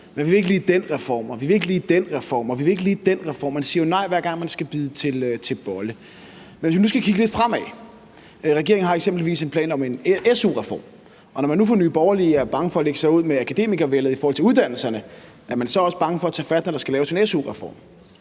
men vi vil ikke lige den reform, vi vil ikke lige den reform, og vi vil ikke lige den reform. Man siger jo nej, hver gang man skal bide til bolle. Hvis vi nu skal kigge lidt fremad, har regeringen eksempelvis en plan om en su-reform – og når man nu fra Nye Borgerliges side er bange for at lægge sig ud med akademikervældet i forhold til uddannelserne, er man så også bange for at tage fat, når der skal laves en su-reform?